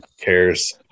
cares